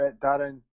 Darren